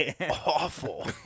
awful